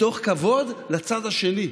מתוך כבוד לצד השני,